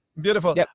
Beautiful